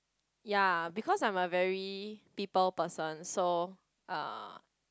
ya because I'm a very people person so uh